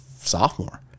sophomore